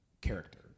character